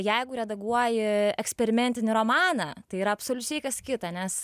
jeigu redaguoji eksperimentinį romaną tai yra absoliučiai kas kita nes